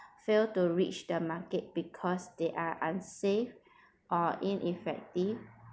failed to reach the market because they are unsafe or ineffective